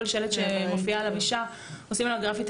כל שלט שמופיעה עליו אישי עושים עליו גרפיטי.